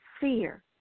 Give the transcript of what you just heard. Fear